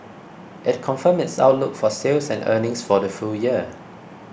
it confirmed its outlook for sales and earnings for the full year